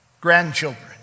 grandchildren